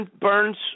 Burns